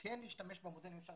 כן להשתמש במודלים.